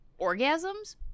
orgasms